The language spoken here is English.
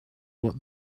what